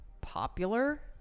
popular